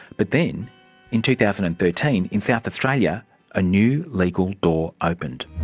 but then in two thousand and thirteen in south australia a new legal door opened.